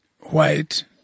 white